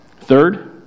Third